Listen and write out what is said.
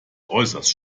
äußerst